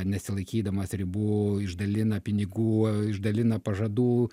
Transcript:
nesilaikydamas ribų išdalina pinigų išdalina pažadų